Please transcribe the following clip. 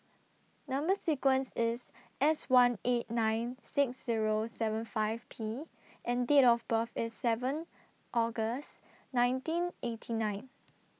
Number sequence IS S one eight nine six Zero seven five P and Date of birth IS seven August nineteen eighty nine